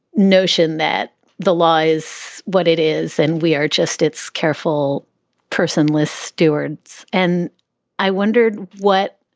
notion that the law is what it is. and we are just it's careful personalist stewards. and i wondered what.